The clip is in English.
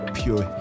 pure